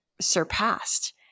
surpassed